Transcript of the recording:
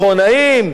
מכונאים,